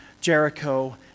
Jericho